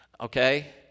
okay